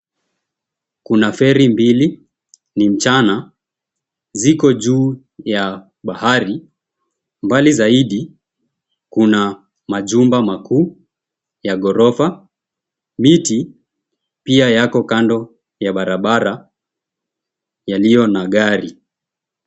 Kuna feri mbili ni mchana ziko juu ya bahari mbali zaidi kuna majumba makuu ya gorofa. Miti pia yako kando ya barabara yaliyo na gari.